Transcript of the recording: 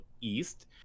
east